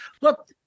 look